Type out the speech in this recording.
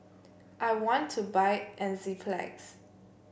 I want to buy Enzyplex